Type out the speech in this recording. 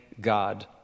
God